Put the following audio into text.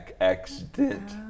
accident